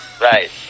Right